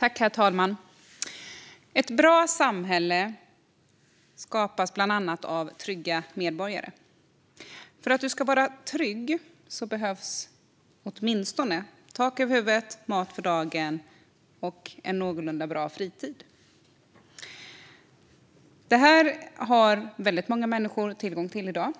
Herr talman! Ett bra samhälle skapas bland annat av trygga medborgare. För att man ska vara trygg behövs åtminstone tak över huvudet, mat för dagen och en någorlunda bra fritid. Det här har väldigt många människor tillgång till i dag.